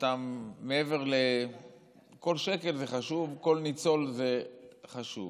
כל שקל זה חשוב, כל ניצול זה חשוב.